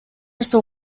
нерсе